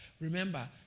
remember